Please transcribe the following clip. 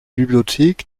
bibliothek